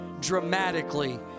dramatically